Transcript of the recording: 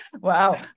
wow